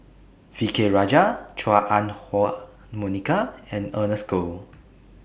V K Rajah Chua Ah Huwa Monica and Ernest Goh